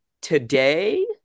today